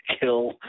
kill